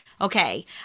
okay